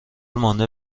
مانده